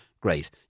great